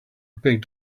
picked